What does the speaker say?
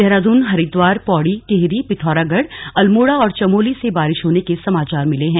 देहरादून हरिद्वार पौड़ी टिहरी पिथौरागढ़ अल्मोड़ा और चमोली से बारिश होने के समाचार मिले हैं